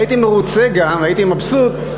הייתי מרוצה גם, הייתי מבסוט,